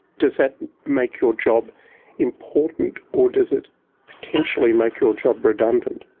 does that make your job important or does it potentially make your job redundant?